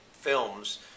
films